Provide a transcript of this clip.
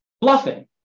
bluffing